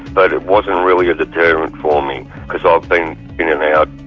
but it wasn't really a deterrent for me because i've been in and out,